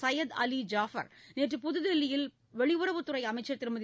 சையது அலி ஜாபர் நேற்று புதுதில்லியில் வெளியுறவுத்துறை அமைச்சர் திருமதி